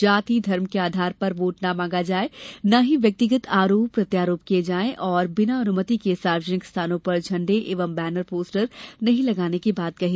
जाति धर्म के आधार पर वोट न मांगा जाये न ही व्यक्तिगत आरोप प्रत्यारोप किया जाये और बिना अनुमति के सार्वजनिक स्थानों पर झण्डे एवं बैनर पोस्टर नहीं लगाने की बात कही